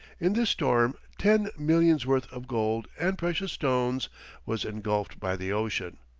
in this storm ten millions' worth of gold and precious stones was engulfed by the ocean.